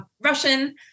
Russian